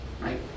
right